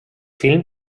film